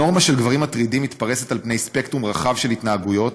הנורמה של גברים מטרידים מתפרסת על ספקטרום רחב של התנהגויות,